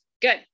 Good